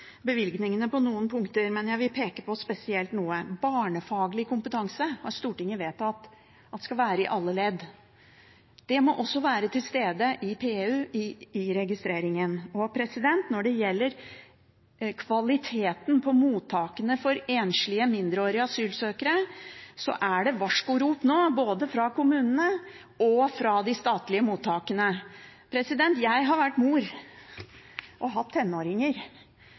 bevilgningene på noen punkter, men jeg vil peke spesielt på barnefaglig kompetanse, som Stortinget har vedtatt at det skal være i alle ledd. Det må også være til stede i PU, i registreringen. Når det gjelder kvaliteten på mottakene for enslige mindreårige asylsøkere, er det varskorop nå, både fra kommunene og fra de statlige mottakene. Jeg er mor og har hatt tenåringer.